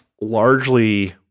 Largely